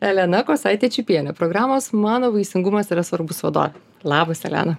elena kosaitė čypienė programos mano vaisingumas yra svarbus vadovė labas elena